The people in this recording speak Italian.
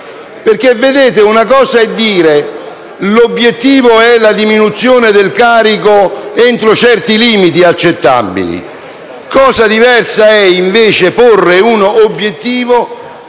XVII)*. Vedete, una cosa è dire che l'obiettivo è una riduzione del carico entro certi limiti accettabili; cosa diversa è invece porre un obiettivo